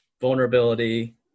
vulnerability